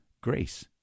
grace